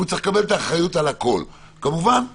הוא צריך לקבל את האחריות על הכול כמובן,